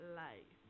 life